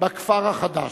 בכפר החדש.